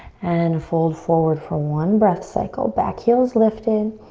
and fold forward for one breath cycle. back heel is lifting.